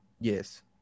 yes